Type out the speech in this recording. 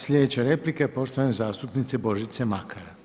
Sljedeća replika je poštovane zastupnice Božice Makar.